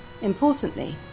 importantly